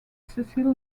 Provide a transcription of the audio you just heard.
cecil